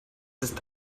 ist